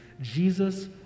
Jesus